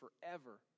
forever